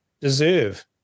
deserve